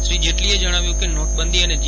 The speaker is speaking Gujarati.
શ્રી જેટલીએ જજ્ઞાવ્યું કે નોટબંધી અને જી